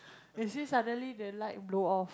is this suddenly the light blow off